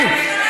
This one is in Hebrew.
עאידה.